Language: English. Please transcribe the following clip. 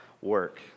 work